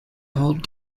hold